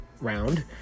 round